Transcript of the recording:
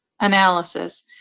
analysis